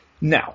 now